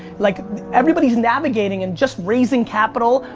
like everybody's navigating and just raising capital,